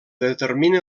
determina